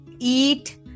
Eat